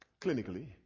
clinically